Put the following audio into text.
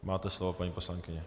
Máte slovo, paní poslankyně.